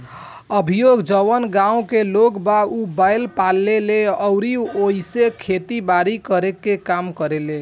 अभीओ जवन गाँव के लोग बा उ बैंल पाले ले अउरी ओइसे खेती बारी के काम करेलें